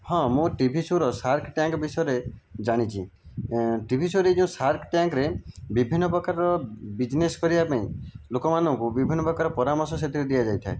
ହଁ ମୁଁ ଟିଭି ସୋ'ର ସାର୍କ ଟ୍ୟାଙ୍କ ବିଷୟରେ ଜାଣିଛି ଟିଭି ସୋ'ରେ ଏହି ଯେଉଁ ସାର୍କ ଟ୍ୟାଙ୍କରେ ବିଭିନ୍ନ ପ୍ରକାରର ବିଜନେସ୍ କରିବା ପାଇଁ ଲୋକମାନଙ୍କୁ ବିଭିନ୍ନ ପ୍ରକାର ପରାମର୍ଶ ସେଥିରେ ଦିଆଯାଇଥାଏ